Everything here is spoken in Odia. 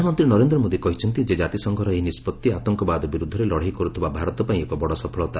ପ୍ରଧାନମନ୍ତ୍ରୀ ନରେନ୍ଦ୍ର ମୋଦି କହିଛନ୍ତି ଯେ ଜାତିସଂଘର ଏହି ନିଷ୍କଭି ଆତଙ୍କବାଦ ବିରୁଦ୍ଧରେ ଲଢ଼େଇ କରୁଥିବା ଭାରତ ପାଇଁ ଏକ ବଡ଼ ସଫଳତା